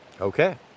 Okay